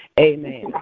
amen